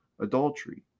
adultery